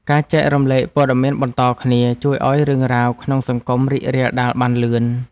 ការចែករំលែកព័ត៌មានបន្តគ្នា ជួយឱ្យរឿងរ៉ាវក្នុងសង្គមរីករាលដាលបានលឿន។